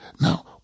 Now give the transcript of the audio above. Now